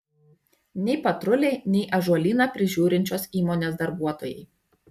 nei patruliai nei ąžuolyną prižiūrinčios įmonės darbuotojai